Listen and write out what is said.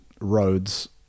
roads